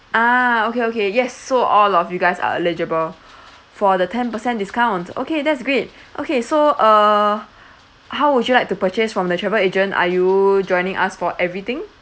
ah okay okay yes so all of you guys are eligible for the ten percent discount okay that's great okay so uh how would you like to purchase from the travel agent are you joining us for everything